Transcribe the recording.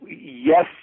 yes